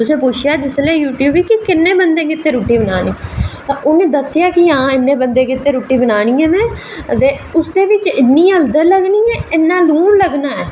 तुसें पुच्छेआ की किन्ने बंदे ताहीं रुट्टी बनानी ऐ ते उ'नें दस्सेआ कि आं इन्ने बंदे ताहीं रुट्टी बनानी ऐ असें ते उसदे बिच इन्नी हल्दर लग्गनी ऐ ते इन्ना लून लग्गना ऐ